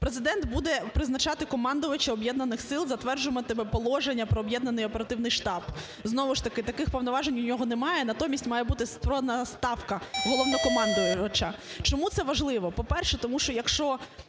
Президент буде призначатиме Командувача об'єднаних сил, затверджуватиме Положення про об'єднаний оперативний штаб. Знову ж таки, таких повноважень у нього немає, натомість має бути створена Ставка Головнокомандувача. Чому це важливо? По-перше, тому що якщо